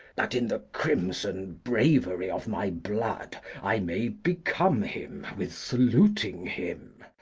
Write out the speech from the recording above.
that in the crimson bravery of my blood i may become him with saluting him.